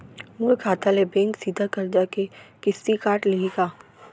मोर खाता ले बैंक सीधा करजा के किस्ती काट लिही का?